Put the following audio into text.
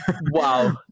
wow